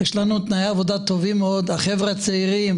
יש לנו תנאי עבודה טובים מאוד, החבר'ה הצעירים